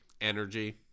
energy